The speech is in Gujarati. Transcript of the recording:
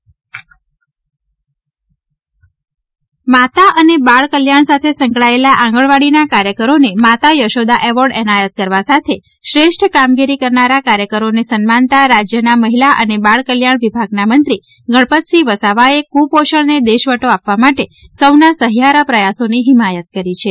એવોર્ડ માતા અને બાળ કલ્યાજ઼ સાથે સંકળાયેલા આંગજ઼વાડીના કાર્યકરોને માતા યશોદા એવોર્ડ એનાયત કરવા સાથે શ્રેષ્ઠ કામગીરી કરનારા કાર્યકરોને સન્માનતા રાજ્યના મહિલા અને બાળ કલ્યાણ વિભાગના મંત્રી ગણપતસિંહ વસાવાએ કુપોષણને દેશવટો આપવા માટે સૌના સહિયારા પ્રયાસોની હિમાયત કરી છે